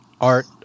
art